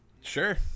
sure